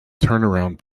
turnaround